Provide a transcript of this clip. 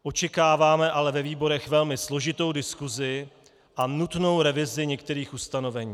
Očekáváme ale ve výborech velmi složitou diskusi a nutnou revizi některých ustanovení.